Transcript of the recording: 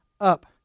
up